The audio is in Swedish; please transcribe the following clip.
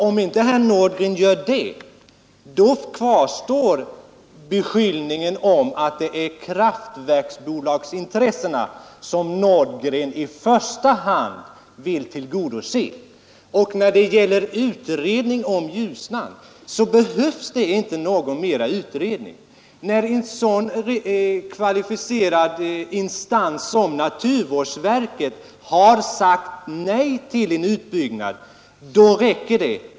Om inte herr Nordgren gör det, kvarstår beskyllningarna om att det är kraftverksbolagens intressen som herr Nordgren i första hand vill tillgodose. Det behövs inte någon mer utredning om Ljusnan. När en så kvalificerad instans som naturvårdsverket har sagt nej till en utbyggnad, räcker det.